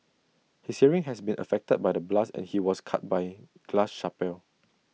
his hearing has been affected by the blast and he was cut by glass shrapnel